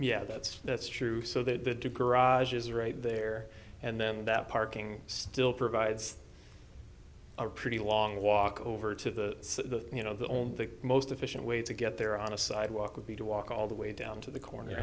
yeah that's that's true so that the digger raj is right there and then that parking still provides a pretty long walk over to the you know the only most efficient way to get there on a sidewalk would be to walk all the way down to the corner